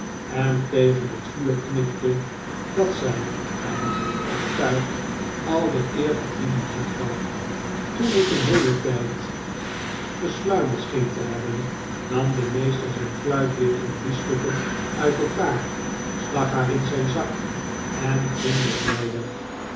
en tegen het vuur knikte dat zij daarvan ben ik overtuigd al de eer van die muziek gaf toen ik een heelen tijd gesluimerd scheen te hebben nam de meester zijn fluit weer in drie stukken uit elkaar stak haar in zijn zak en ging met mij we